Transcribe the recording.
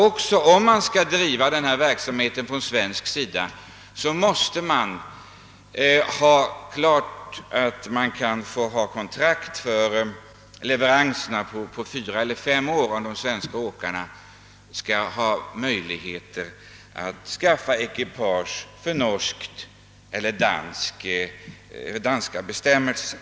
Om man skall driva denna verksamhet på svensk sida, måste man ha kontrakt för leveranserna på fyra eller fem år, så att de svenska åkarna får möjlighet att skaffa ekipage för norska eller danska bestämmelser.